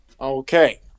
Okay